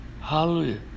Hallelujah